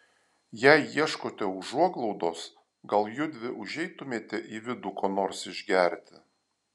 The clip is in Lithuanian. jei ieškote užuoglaudos gal judvi užeitumėte į vidų ko nors išgerti